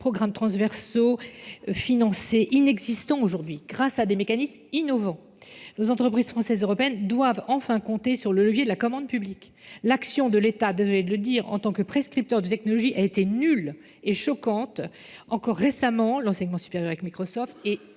programmes transversaux, financés inexistants aujourd'hui, grâce à des mécanismes innovants. Nos entreprises françaises et européennes doivent enfin compter sur le levier de la commande publique. L'action de l'État, désolé de le dire, en tant que prescripteur de la technologie, a été nulle et choquante. Encore récemment, l'enseignement supérieur avec Microsoft est au